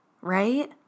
right